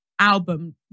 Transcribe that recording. album